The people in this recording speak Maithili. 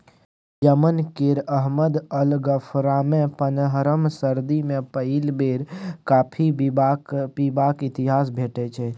यमन केर अहमद अल गफ्फारमे पनरहम सदी मे पहिल बेर कॉफी पीबाक इतिहास भेटै छै